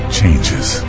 changes